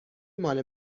ماله